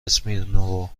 اسمیرنوو